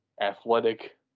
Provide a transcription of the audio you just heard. athletic